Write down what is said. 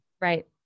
Right